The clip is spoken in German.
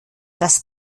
das